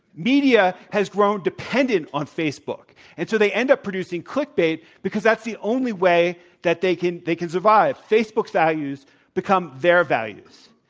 media has grown dependent on facebook and so they end up producing clickbait because that's the only way that they can they can survive. facebook values become their values.